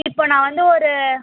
இப்போ நான் வந்து ஒரு